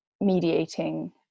mediating